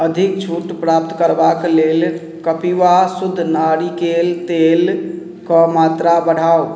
अधिक छूट प्राप्त करबाक लेल कपिवा शुद्ध नारिकेल तेलके मात्रा बढ़ाउ